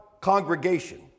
congregation